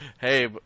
Hey